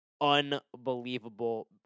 unbelievable